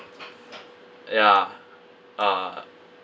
ya uh